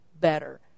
better